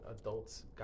adults